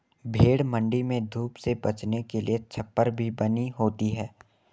भेंड़ मण्डी में धूप से बचने के लिए छप्पर भी बनी होती है